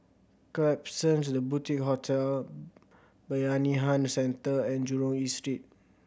Klapsons The Boutique Hotel Bayanihan Centre and Jurong East Street